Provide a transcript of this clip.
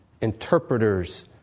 interpreters